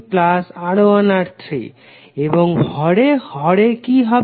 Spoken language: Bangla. এখন হরে কি হবে